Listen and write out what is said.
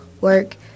work